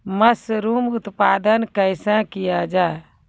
Mushroom उत्पादन कैसे किया जाय?